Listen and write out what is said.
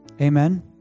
Amen